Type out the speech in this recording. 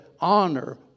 honor